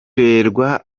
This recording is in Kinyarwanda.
n’imbwa